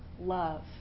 Love